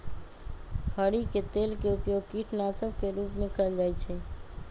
खरी के तेल के उपयोग कीटनाशक के रूप में कएल जाइ छइ